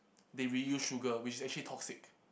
they reused sugar which actually toxic